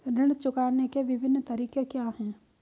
ऋण चुकाने के विभिन्न तरीके क्या हैं?